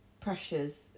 pressures